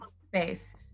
space